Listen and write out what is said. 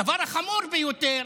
הדבר החמור ביותר